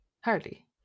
Hardly